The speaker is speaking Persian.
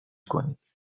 کنید